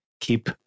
keep